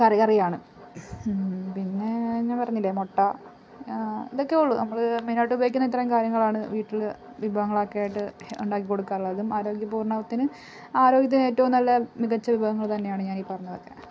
കറി കറിയാണ് പിന്നെ ഞാൻ പറഞ്ഞില്ലേ മുട്ട ഇതൊക്കെയുളളൂ നമ്മൾ മെയിൻ ആയിട്ട് ഉപയോഗിക്കുന്ന ഇത്രയും കാര്യങ്ങളാണ് വീട്ടിൽ വിഭവങ്ങളൊക്കെയായിട്ട് ഉണ്ടാക്കി കൊടുക്കാറുള്ളത് ആരോഗ്യപൂർണത്തിന് ആരോഗ്യത്തിന് ഏറ്റവും നല്ല മികച്ച വിഭവങ്ങൾ തന്നെയാണ് ഞാനീ പറഞ്ഞതൊക്കെ